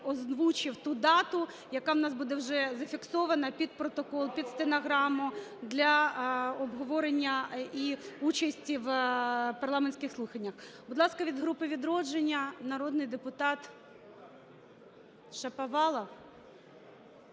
озвучив ту дату, яка в нас буде вже зафіксована під протокол, під стенограму для обговорення й участі в парламентських слуханнях. Будь ласка, від групи "Відродження" народний депутат Шаповалов.